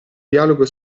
dialogo